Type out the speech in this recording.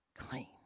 clean